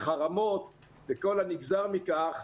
החרמות וכל הנגזר מכך,